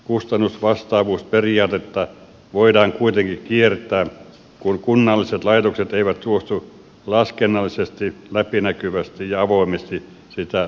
kustannusvastaavuusperiaatetta voidaan kuitenkin kiertää kun kunnalliset laitokset eivät suostu laskennallisesti läpinäkyvästi ja avoimesti sitä todentamaan